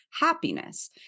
happiness